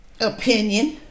Opinion